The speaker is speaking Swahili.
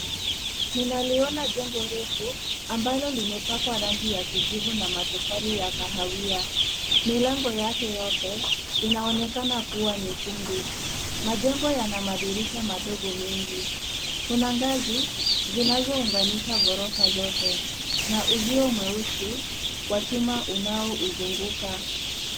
Ninaliona jengo refu ambalo limepakwa rangi ya kijivu na tofari ya kaawia. Milango yake yote inaonekana kuwa nyekundu. Majengo yana madirisha mengi. Kuna gazi zinazoungansha gorofa zote na uzio mweusi wa chuma unaozunuka.